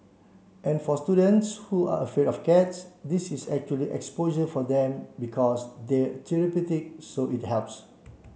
and for students who are afraid for cats this is actually exposure for them because they're therapeutic so it helps